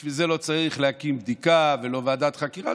בשביל זה לא צריך להקים בדיקה ולא ועדת חקירה.